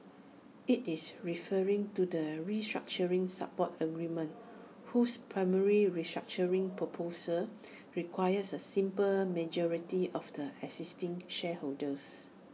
IT is referring to the restructuring support agreement whose primary restructuring proposal requires A simple majority of the existing shareholders